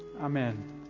Amen